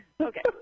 okay